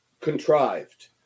contrived